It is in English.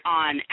on